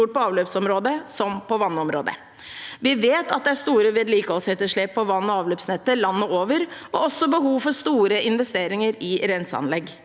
på avløpsområdet som på vannområdet. Vi vet at det er store vedlikeholdsetterslep på vann- og avløpsnettet landet over, og også behov for store investeringer i renseanlegg.